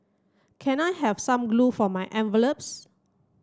can I have some glue for my envelopes